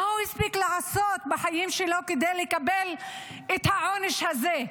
מה הוא הספיק לעשות בחיים שלו כדי לקבל את העונש הזה?